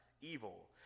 evil